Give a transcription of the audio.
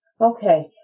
Okay